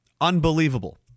Unbelievable